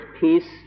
peace